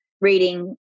reading